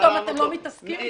שפתאום אתם לא מתעסקים איתם.